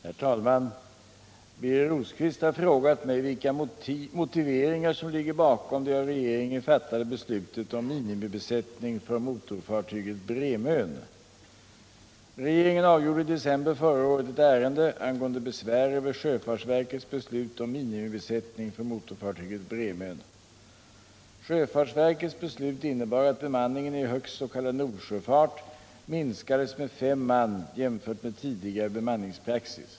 Herr talman! Birger Rosqvist har frågat mig vilka motiveringar som ligger bakom det av regeringen fattade beslutet om minimibesättning för motorfartyget Bremön. Regeringen avgjorde i december förra året ett ärende angående besvär över sjöfartsverkets beslut om minimibesättning för motorfartyget Bremön. Sjöfartsverkets beslut innebar att bemanningen i högst s.k. nordsjöfart minskades med fem man jämfört med tidigare bemanningspraxis.